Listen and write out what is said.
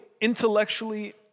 intellectually